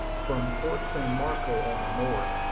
from fort san marco, on the north,